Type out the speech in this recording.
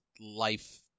life